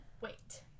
Wait